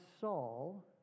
Saul